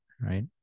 right